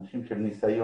אנשים עם ניסיון